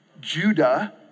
Judah